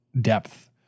depth